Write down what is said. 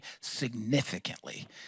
significantly